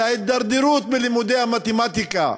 על ההידרדרות בלימוד המתמטיקה